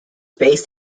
based